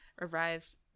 arrives